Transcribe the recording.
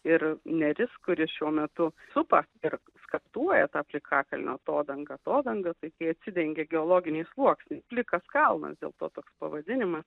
ir neris kuris šiuo metu supa ir kartoja ta plikakalnio atodanga atodanga puikiai atsidengia geologiniai sluoksniai plikas kalnas dėl to toks pavadinimas